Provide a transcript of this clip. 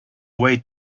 way